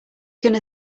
gonna